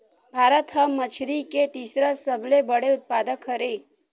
भारत हा मछरी के तीसरा सबले बड़े उत्पादक हरे